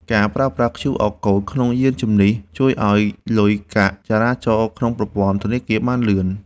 ការប្រើប្រាស់ QR Code ក្នុងយានជំនិះ ជួយឱ្យលុយកាក់ចរាចរណ៍ក្នុងប្រព័ន្ធធនាគារបានលឿន។